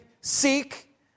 Seek